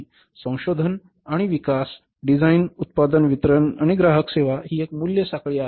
संशोधन आणि विकास डिझाइन उत्पादन विपणन वितरण आणि ग्राहक सेवा ही एक मूल्य साखळी आहे